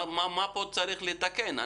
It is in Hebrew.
מה צריך לתקן?